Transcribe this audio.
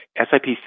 SIPC